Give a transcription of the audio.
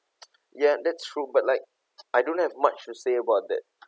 ya that's true but like I don't have much to say about that